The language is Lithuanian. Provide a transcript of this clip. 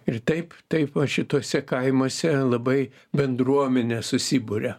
ir taip taip va šituose kaimuose labai bendruomenė susiburia